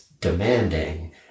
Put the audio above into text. Demanding